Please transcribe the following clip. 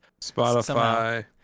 Spotify